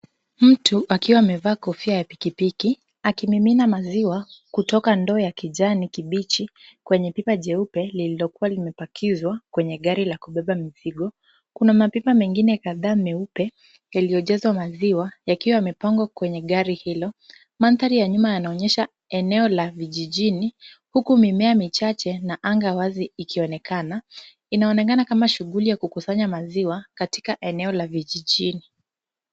Mtu akiwa amevaa kofia ya pikipiki akimimina maziwa kutoka ndoo ya kijani kibichi kwenye pipa jeupe lililokua limepakizwa kwenye gari la kubeba mzigo. Kuna mapipa mengine kadhaa meupe, yaliyojazwa maziwa yakiwa yamepangwa kwenye gari hilo. Mandhari ya nyuma yanaonyesha eneo la vijijini huku mimea michache na anga wazi ikionekana. Inaonekana kama shughuli ya kukusanya maziwa katika eneo la vijijini.